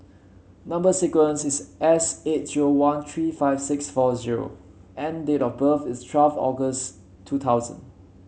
number sequence is S eight zero one three five six four zero and date of birth is twelve August two thousand